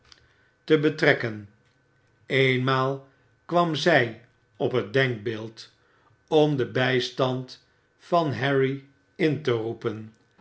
te betrekken eenmaal kwam zij op het denkbeeld om den bijstand van harry in te roepen